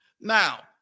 now